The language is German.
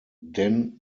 denn